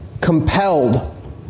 compelled